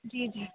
ਜੀ ਜੀ